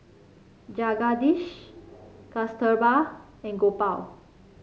Jagadish Kasturba and Gopal